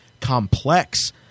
complex